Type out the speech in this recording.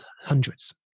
hundreds